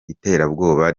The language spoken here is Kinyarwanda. iterabwoba